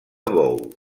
bou